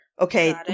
okay